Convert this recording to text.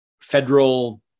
federal